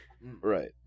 Right